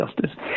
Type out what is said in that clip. justice